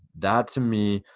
that, to me,